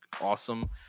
awesome